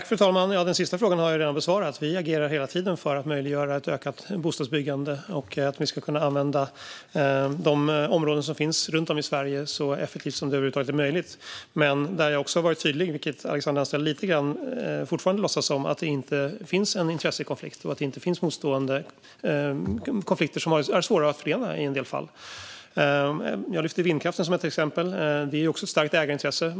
Fru talman! Den sista frågan har jag redan besvarat. Vi agerar hela tiden för att möjliggöra ett ökat bostadsbyggande och för att vi ska kunna använda de områden som finns runt om i Sverige så effektivt som det över huvud taget är möjligt. Men jag har också varit tydlig med att det finns motstående intressen som i en del fall är svåra att förena, även om Alexandra Anstrell fortfarande lite grann låtsas som att det inte finns någon intressekonflikt. Jag lyfte vindkraften som ett exempel. Där handlar det också om ett starkt ägarintresse.